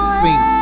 sing